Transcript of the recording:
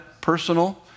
personal